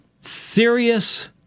serious